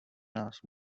nás